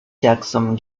jackson